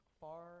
far